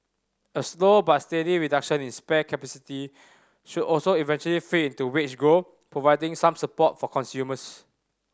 a slow but steady reduction in spare capacity should also eventually feed into wage growth providing some support for consumers